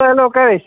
hello cash